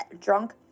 drunk